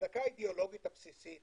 ההצדקה האידיאולוגית הבסיסית